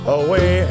away